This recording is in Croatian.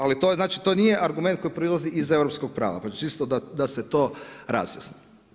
Ali to nije argument koji prolazi iz europskog prava, čisto da se to razjasni.